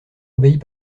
obéis